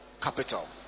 capital